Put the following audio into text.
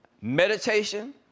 Meditation